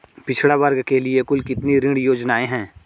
पिछड़ा वर्ग के लिए कुल कितनी ऋण योजनाएं हैं?